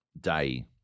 day